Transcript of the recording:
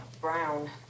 brown